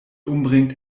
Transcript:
umbringt